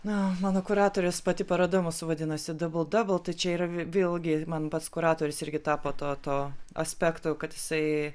na mano kuratorius pati paroda mūsų vadinosi dabl dabl tai čia yra vėlgi man pats kuratorius irgi tapo tuo tuo aspekto kad jisai